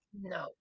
no